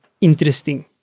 interesting